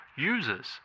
Users